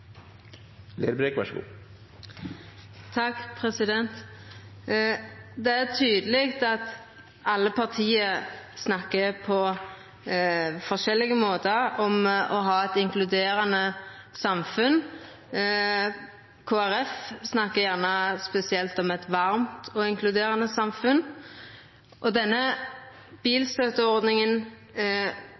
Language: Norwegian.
tydeleg at alle parti snakkar på forskjellige måtar om å ha eit inkluderande samfunn. Kristeleg Folkeparti snakkar gjerne spesielt om eit varmt og inkluderande samfunn. Den bilstøtteordninga